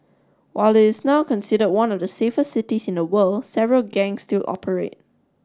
while it is now considered one of the safest cities in the world several gang still operate